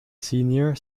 senior